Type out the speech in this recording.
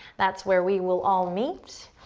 that's where we will all meet.